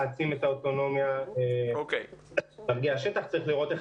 להעצים את האוטונומיה וצריך לראות איך